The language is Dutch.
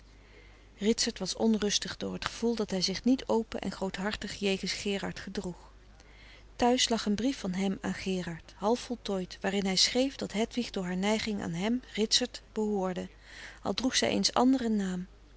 ritsert was onrustig door het gevoel dat hij zich niet open en groothartig jegens gerard gedroeg thuis lag een brief van hem aan gerard half voltooid waarin hij schreef dat hedwig door haar neiging aan hem ritsert behoorde al droeg zij eens anderen naam